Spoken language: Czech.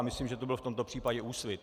A myslím, že to byl v tomto případě Úsvit.